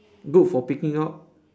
good for picking up